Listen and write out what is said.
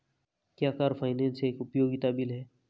क्या car finance एक उपयोगिता बिल है?